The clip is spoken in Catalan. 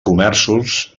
comerços